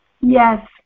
Yes